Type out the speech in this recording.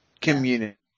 community